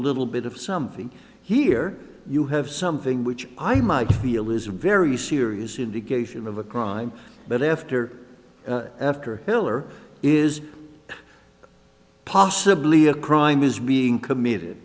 little bit of something here you have something which i might feel is a very serious indication of a crime but after after killer is possibly a crime is being committed